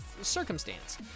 circumstance